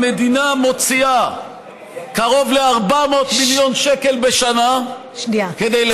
המדינה מוציאה קרוב ל-400 מיליון שקל בשנה כדי לשלם למפלגות,